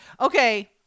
Okay